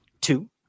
Two